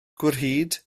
gwrhyd